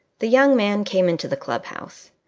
the young man came into the club-house.